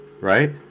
Right